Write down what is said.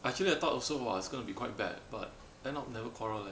but actually I thought also !wah! it's going to be quite bad but end up never quarrel leh